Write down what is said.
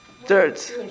Dirt